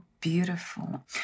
beautiful